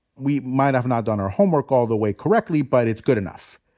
we might have not done our homework all the way correctly, but it's good enough.